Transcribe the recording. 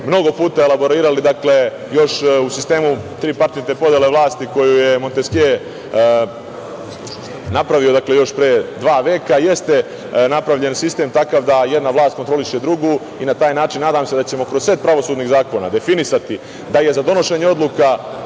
mnogo puta elaborirali još u sistemu tri paritetne podele vlasti koju je Monteskje napravio još pre dva veka. Jeste napravljen sistem takav da jedna vlast kontroliše drugu i na taj način nadam se da ćemo kroz set pravosudnih zakona definisati da je za donošenje odluka